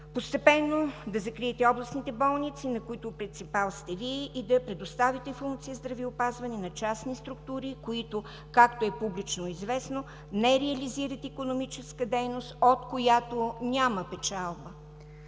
постепенно да закриете областните болници, на които принципал сте Вие и да предоставите функции „Здравеопазване“ на частни структури, които, както е публично известно, не реализират икономическа дейност, от която няма печалба?